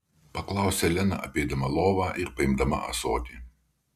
paklausė lena apeidama lovą ir paimdama ąsotį